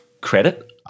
credit